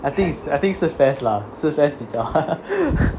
I think I think 是 fares lah 是 fares 比较